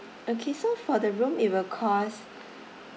okay so for the room it will cost